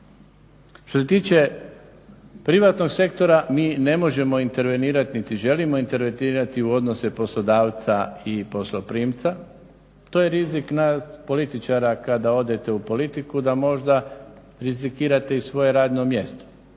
Što se tiče privatnog sektora mi ne možemo intervenirati niti želimo intervenirati u odnose poslodavca i posloprimca. To je rizik nas političara kada odete u politiku da možda …/Govornik se ne razumije./…